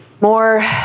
more